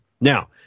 Now